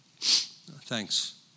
Thanks